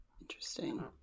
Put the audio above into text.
Interesting